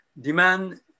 demand